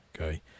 okay